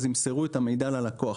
ימסרו את המידע ללקוח.